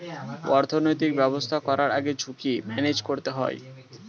অর্থনৈতিক ব্যবসা করার আগে ঝুঁকি ম্যানেজ করতে হয়